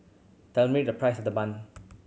tell me the price of the bun